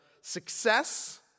success